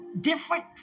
different